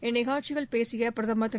இந்நிஷழ்ச்சியில் பேசிய பிரதமர் திரு